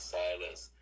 silence